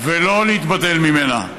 ולא להתבדלות ממנה.